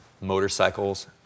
motorcycles